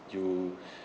you